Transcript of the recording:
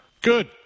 Good